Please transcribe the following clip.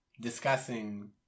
discussing